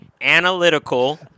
analytical